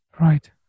right